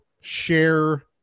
share